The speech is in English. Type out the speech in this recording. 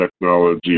technology